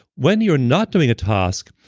when you're not doing a task,